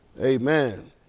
amen